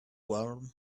warm